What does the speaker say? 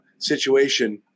Situation